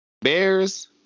Bears